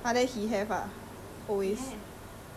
easy got headache 那种